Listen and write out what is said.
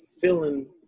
feeling